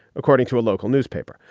according to a local newspaper.